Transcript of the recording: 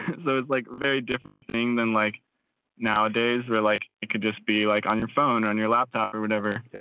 so i was like, very different thing than like nowadays we're like, it could just be like on your phone, on your laptop or whatever. yeah